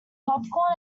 popcorn